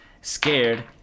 scared